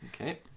Okay